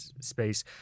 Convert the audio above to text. space